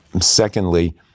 Secondly